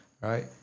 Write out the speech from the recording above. right